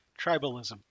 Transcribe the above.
tribalism